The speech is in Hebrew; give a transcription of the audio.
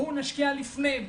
בואו נשקיע לפני.